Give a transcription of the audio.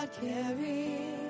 Carry